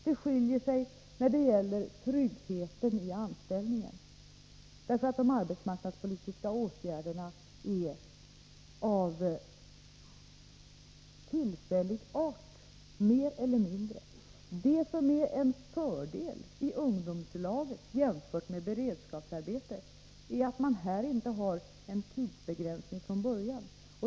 Det skiljer sig när det gäller tryggheten i anställningen, eftersom de arbetsmarknadspolitiska åtgärderna mer eller mindre är av tillfällig art. En fördel med ungdomslagen jämfört med beredskapsarbete är att man här inte har en tidsbegränsning från början.